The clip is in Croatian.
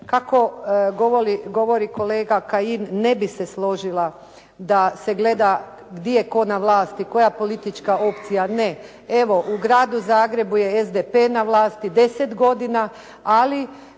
kako govori kolega Kajin ne bih se složila da se gleda gdje je tko na vlasti, koja politička opcija, ne. Evo, u gradu Zagrebu je SDP na vlasti 10 godina ali